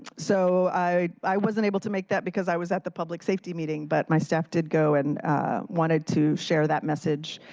so i i wasn't able to make that because i was at the public safety meeting, but my staff did go and wanted to share that message.